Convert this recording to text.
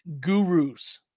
gurus